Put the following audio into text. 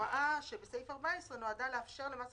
ההוראה שבסעיף 14 נועדה לאפשר לרשות